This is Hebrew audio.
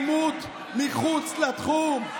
תוציאו את האלימות מחוץ לתחום.